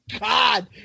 God